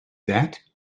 that